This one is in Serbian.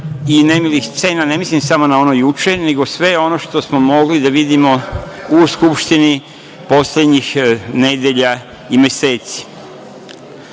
i nemilih scena, a ne mislim samo na ono juče, nego sve ono što smo mogli da vidimo u Skupštini poslednjih nedelja i meseci. Imam